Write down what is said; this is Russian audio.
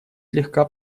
слегка